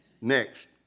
Next